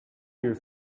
your